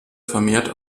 vermehrt